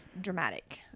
dramatic